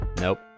Nope